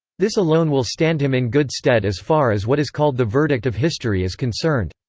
this alone will stand him in good stead as far as what is called the verdict of history is concerned.